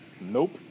Nope